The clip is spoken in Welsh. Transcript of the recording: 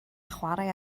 chwarae